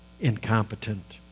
incompetent